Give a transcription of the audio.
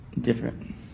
different